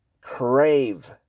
Crave